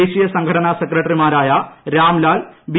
ദേശീയ സംഘടനാ സെക്രട്ടറിമാരായ രാംലാൽ ബി